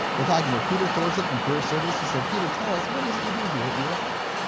we're talking with peter thorsett, from career services, so peter tell us what is it you do here at usf?